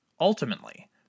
Ultimately